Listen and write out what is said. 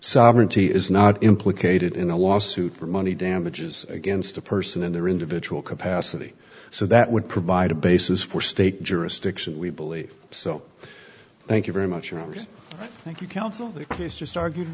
sovereignty is not implicated in a lawsuit for money damages against a person in their individual capacity so that would provide a basis for state jurisdiction we believe so thank you very much and thank you counsel the police just argued